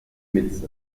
médecin